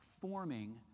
forming